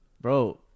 Bro